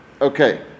Okay